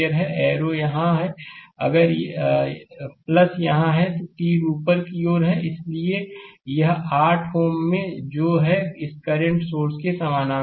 arrow यहाँ है अगर यहाँ है तो तीर ऊपर की ओर है इसलिए यह 8 Ω में है जो इस करंट सोर्स के समानांतर है